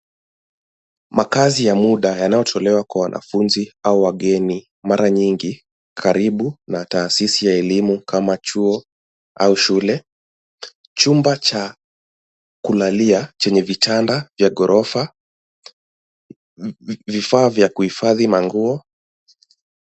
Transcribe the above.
Makazi ya muda yanatolewa kwa wanafunzi au wageni mara nyingi karibu na taasisi ya elimu kama chuo au shule. Chumba cha kulalia chenye vitanda ya ghorofa, vifaa vya kuhifadhi manguo.